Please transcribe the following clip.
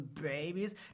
babies